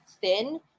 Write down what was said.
thin